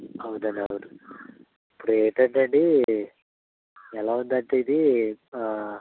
అవునండి అవును ఇప్పుడు ఏంటంటే అండి ఎలా ఉందంటే ఇది